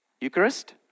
Eucharist